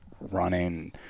running